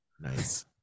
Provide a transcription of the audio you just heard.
nice